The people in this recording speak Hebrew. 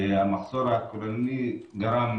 המחסור הכוללני גרם,